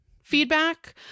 feedback